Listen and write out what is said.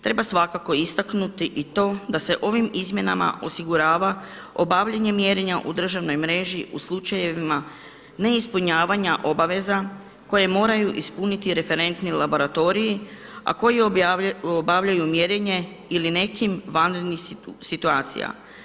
Treba svakako istaknuti i to da se ovim izmjenama osigurava obavljanje mjerenja u državnoj mreži u slučajevima neispunjavanja obaveza koje moraju ispuniti referentni laboratoriji, a koji obavljaju mjerenje ili nekih vanrednih situacija.